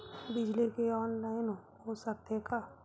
बिजली के ऑनलाइन हो सकथे का?